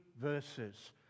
verses